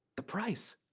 the price.